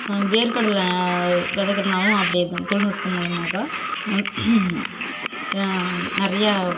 வேர்கடலை விதைக்கிறதுனாலும் அப்டி தான் தொழில்நுட்பம் மூலிமா தான் நிறையா